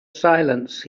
silence